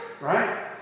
Right